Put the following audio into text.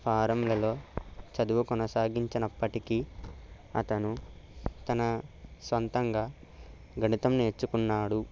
ఫారంలలో చదువు కొనసాగించినప్పటికీ అతను తన సొంతంగా గణితం నేర్చుకున్నాడు